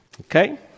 Okay